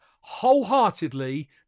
wholeheartedly